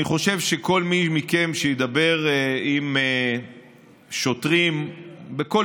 אני חושב שכל מי מכם שידבר עם שוטרים בכל